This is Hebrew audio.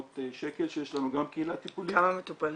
שקל שיש לנו גם קהילה טיפולית -- כמה מטופלים?